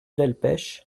delpech